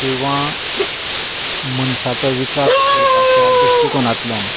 किंवा मनशाचो विकास करपाच्या दृश्टीकोनांतल्यान